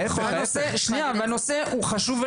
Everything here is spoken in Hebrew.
והנושא הוא חשוב,